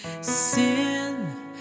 Sin